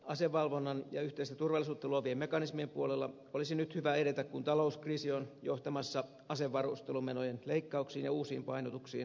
asevalvonnan ja yhteistä turvallisuutta luovien mekanismien puolella olisi nyt hyvä edetä kun talouskriisi on johtamassa asevarustelumenojen leikkauksiin ja uusiin painotuksiin puolustusajattelussa